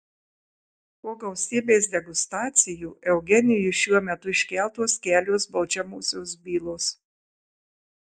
po gausybės degustacijų eugenijui šiuo metu iškeltos kelios baudžiamosios bylos